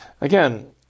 again